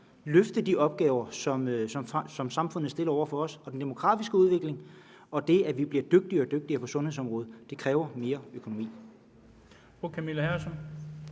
løfte de opgaver, som samfundet stiller os over for. Og den demografiske udvikling og det, at vi bliver dygtigere og dygtigere på sundhedsområdet, kræver mere økonomi.